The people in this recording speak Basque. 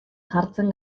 jartzen